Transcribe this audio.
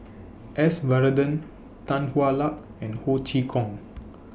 S Varathan Tan Hwa Luck and Ho Chee Kong